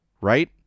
right